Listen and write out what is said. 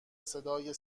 صدای